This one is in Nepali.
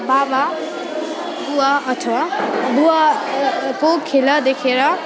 बाबा बुवा अथवा बुवाको खेला देखेर